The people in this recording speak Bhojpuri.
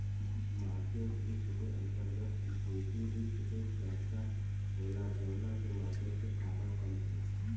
मार्केट रिस्क के अंतर्गत इक्विटी रिस्क के चर्चा होला जावना के माध्यम से फायदा कम होला